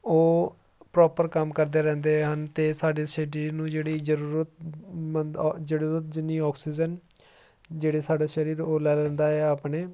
ਉਹ ਪ੍ਰੋਪਰ ਕੰਮ ਕਰਦੇ ਰਹਿੰਦੇ ਹਨ ਅਤੇ ਸਾਡੇ ਸਰੀਰ ਨੂੰ ਜਿਹੜੀ ਜ਼ਰੂਰਤ ਮੰਦ ਜਿਹੜੀ ਉਹ ਜਿੰਨੀ ਆਕਸੀਜਨ ਜਿਹੜੇ ਸਾਡੇ ਸਰੀਰ ਉਹ ਲੈ ਲੈਂਦਾ ਆ ਆਪਣੇ